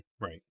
right